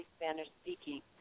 Spanish-speaking